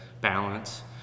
balance